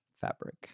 fabric